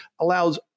allows